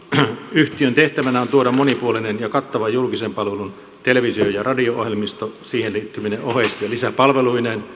yhtiön tehtävänä on tuoda monipuolinen ja kattava julkisen palvelun televisio ja radio ohjelmisto siihen liittyvine oheis ja lisäpalveluineen